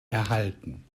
erhalten